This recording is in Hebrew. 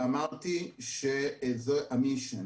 ואמרתי שזו המשימה.